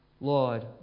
Lord